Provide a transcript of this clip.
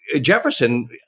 Jefferson